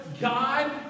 God